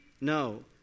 No